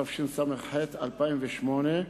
התשס”ח 2008,